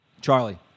Charlie